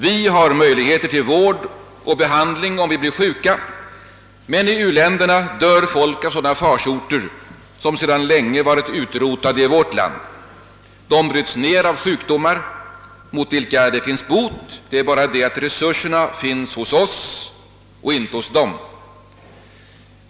Vi har möjligheter till vård och behandling, om vi blir sjuka, men i u-länderna dör folk av sådana farsoter som sedan länge varit utrotade i vårt land. De bryts ner av sjukdomar, mot vilka det finns bot; det är bara det att resurserna finns hos oss men inte hos dem.